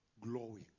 glowing